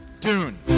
Dune